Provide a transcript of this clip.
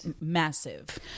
massive